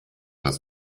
das